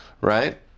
right